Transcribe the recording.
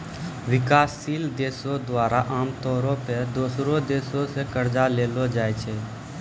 विकासशील देशो द्वारा आमतौरो पे दोसरो देशो से कर्जा लेलो जाय छै